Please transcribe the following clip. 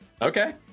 Okay